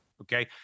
okay